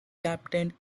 captained